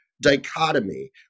Dichotomy